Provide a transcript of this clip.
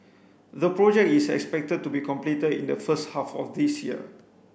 the project is expected to be completed in the first half of this year